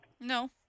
No